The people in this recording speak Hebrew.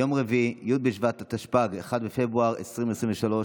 יום רביעי, י' בשבט התשפ"ג, 1 בפברואר 2023,